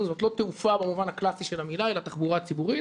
זאת לא תעופה במובן הקלאסי של המילה אלא תחבורה ציבורית